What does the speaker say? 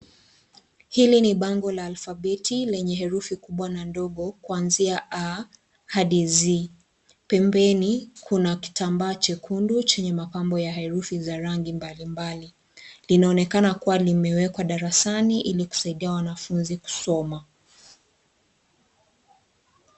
Hili ni bango la alfabeti lenye herushi kubwa na ndogo kuanzia A, hadi Z. Pembeni, kuna kitambaa chekundu chenye mapambo ya herushi za rangi mbali mbali. Linoonekana kuwa limewekwa darasani hili kusaidia wanafunzi kusoma.